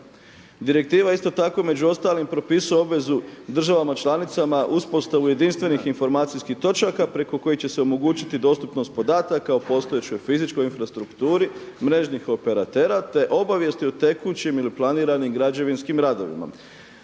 Direktiva isto tako među ostalim propisuje obvezu državama članicama uspostavu jedinstvenih informacijskih točaka preko kojih će se omogućiti dostupnost podataka o postojećoj fizičkoj infrastrukturi mrežnih operatera, te obavijesti o tekućim ili planiranim građevinskim radovima.